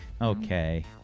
Okay